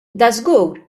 dażgur